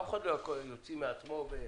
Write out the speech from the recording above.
אף אחד לא יוציא כסף מעצמו.